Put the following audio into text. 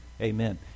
Amen